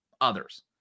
others